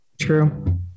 True